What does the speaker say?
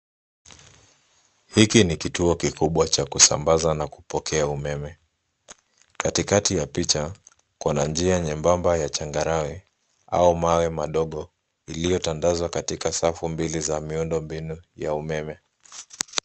Hiki ni kituo kikubwa cha kusambaza na kupokea umeme. Katikati ya picha kuna njia nyembamba ya changarawe au mawe madogo iliyotandazwa katika safu mbili za miundombinu ya umeme.